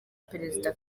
perezida